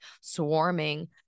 swarming